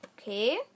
Okay